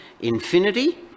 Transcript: infinity